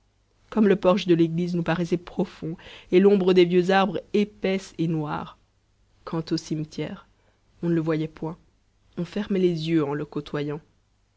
comme le porche de l'église nous paraissait profond et l'ombre des vieux arbres épaisse et noire quant au cimetière on ne le voyait point on fermait les yeux en le côtoyant